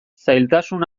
zailtasun